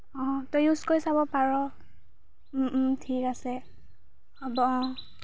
অঁ তই ইউজ কৰি চাব পাৰ ঠিক আছে হ'ব অঁ